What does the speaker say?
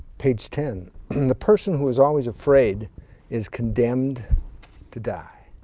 page ten the person who is always afraid is condemned to die.